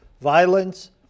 violence